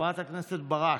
חברת הכנסת ברק,